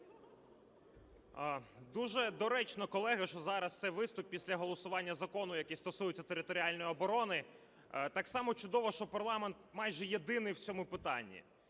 Дуже доречно, колеги, що зараз цей виступ після голосування закону, який стосується територіальної оборони, так само чудово, що парламент майже єдиний в цьому питанні.